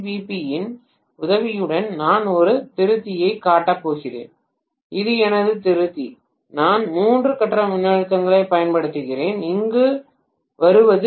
பியின் உதவியுடன் நான் ஒரு திருத்தியைக் காட்டப் போகிறேன் இது எனது திருத்தி நான் மூன்று கட்ட மின்னழுத்தத்தைப் பயன்படுத்துகிறேன் நான் இங்கு வருவது டி